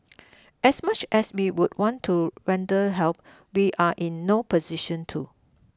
as much as we would want to render help we are in no position to